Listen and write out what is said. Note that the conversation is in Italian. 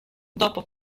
dopo